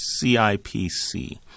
CIPC